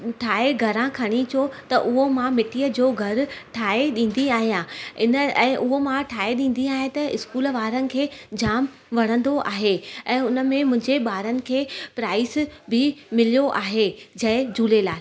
ठाहे घरां खणी अचो त उहो मां मिटीअ जो घरु ठाहे ॾींदी आहियां इन ऐं उहो मां ठाहे ॾींदी आहियां त स्कूल वारनि खे जाम वणंदो आहे ऐं उन में मुंहिंजे ॿारनि खे प्राइस बि मिलियो आहे जय झूलेलाल